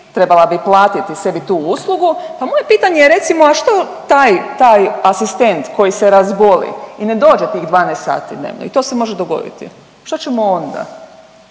trebala bi platiti sebi tu uslugu, a moje pitanje je recimo, a što taj, taj asistent koji se razboli i ne dođe tih 12 sati dnevno. I to se može dogoditi. Što ćemo onda?